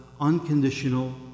unconditional